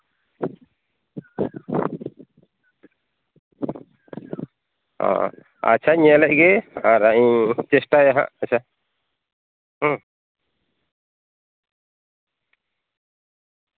ᱚ ᱟᱪᱪᱷᱟᱧ ᱧᱮᱞᱮᱫ ᱜᱮᱭᱟ ᱟᱨ ᱦᱟᱸᱜ ᱤᱧ ᱪᱮᱥᱴᱟᱭᱟ ᱦᱟᱸᱜ ᱥᱮ ᱪᱮᱫ ᱦᱩᱸ